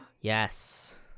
Yes